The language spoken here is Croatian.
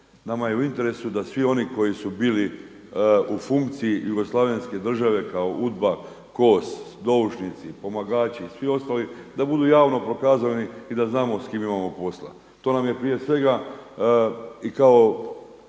Nama je u interesu da svi oni koji su bili u funkciji Jugoslavenske države kao UDBA, KOS, doušnici, pomagači i svi ostali da budu javno prokazani i da znamo s kime imamo posla. To nam je prije svega i kao